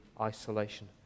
isolation